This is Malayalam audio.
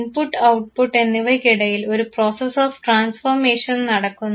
ഇൻപുട്ട് ഔട്ട്പുട്ട് എന്നിവയ്ക്കിടയിൽ ഒരു പ്രോസസ്സ് ഓഫ് ട്രാൻസ്ഫോർമേഷൻ നടക്കുന്നു